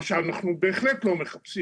מה שאנו לא מחפשים בהחלט.